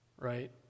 Right